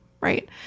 right